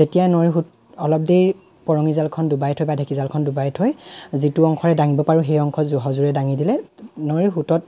যেতিয়া নৈৰ সুত অলপ দেৰি পৰঙিজালখন ডুবাই থৈ বা ঢেকীজালখন ডুবাই থৈ যিটো অংশই ডাঙিব পাৰোঁ সেইটো অংশ সযোৰে ডাঙি দিলে নৈৰ সুতত